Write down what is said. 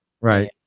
right